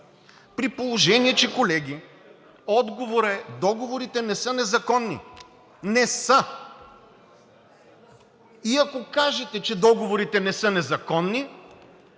При положение, колеги, че отговорът е: договорите не са незаконни. Не са! И ако кажете, че договорите не са незаконни,